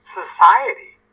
society